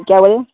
کیا بولے